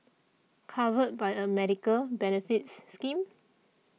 covered by a medical benefits scheme